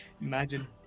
Imagine